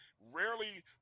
Rarely